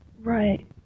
right